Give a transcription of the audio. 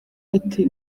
ati